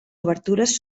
obertures